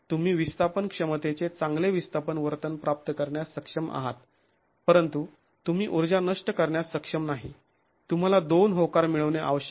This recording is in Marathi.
तुम्ही विस्थापन क्षमतेचे चांगले विस्थापन वर्तन प्राप्त करण्यास सक्षम आहात परंतु तुम्ही ऊर्जा नष्ट करण्यास सक्षम नाही तुम्हाला दोन होकार मिळवणे आवश्यक आहे